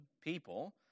people